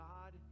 God